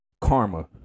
karma